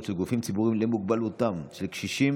של גופים ציבוריים למוגבלותם של קשישים